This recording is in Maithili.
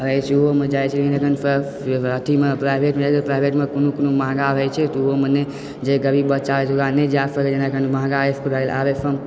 पढ़य छै ओहोमे अखन जाइ छै अथी प्राइवेटमे जाइ छै प्राइवेटमे कोनो कोनो महग होइ छै तऽ ओहोमे नहि जे गरीब बच्चा होइत छै ओकरा नहि जा सकैए जेना कनी महग इस्कूल भए गेल आर एस एम